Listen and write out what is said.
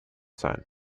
sein